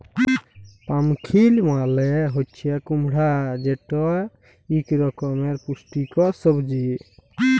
pumpkin মালে হছে কুমড়া যেট ইক রকমের পুষ্টিকর সবজি